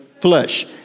Flesh